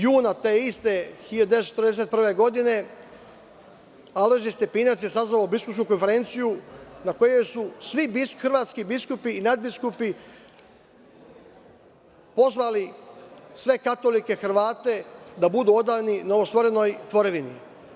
Juna te iste 1941. godine Alojzije Stepinac je sazvao biskupsku konferenciju na kojoj su svi hrvatski biskupi i nadbiskupi pozvali sve katolike Hrvate da budu odani novostvorenoj tvorevini.